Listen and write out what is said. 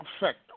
effect